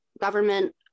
government